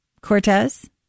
Cortez